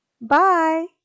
Bye